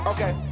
Okay